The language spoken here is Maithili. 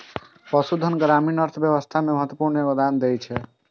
पशुधन ग्रामीण अर्थव्यवस्था मे महत्वपूर्ण योगदान दै छै